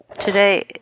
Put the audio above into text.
Today